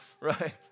Right